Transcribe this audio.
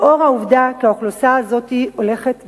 לאור העובדה כי האוכלוסייה הזאת הולכת וגדלה.